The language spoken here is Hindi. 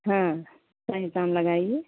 हाँ सही दाम लगाइए